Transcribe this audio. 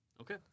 Okay